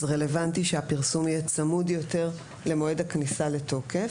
רלוונטי שהפרסום יהיה צמוד יותר למועד הכניסה לתוקף,